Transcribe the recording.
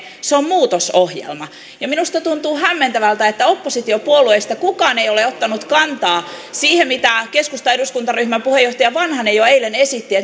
se on muutosohjelma minusta tuntuu hämmentävältä että oppositiopuolueista kukaan ei ole ottanut kantaa siihen mitä keskustan eduskuntaryhmän puheenjohtaja vanhanen jo eilen esitti